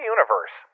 Universe